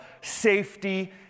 safety